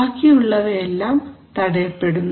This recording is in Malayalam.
ബാക്കിയുള്ളവയെല്ലാം തടയപ്പെടുന്നു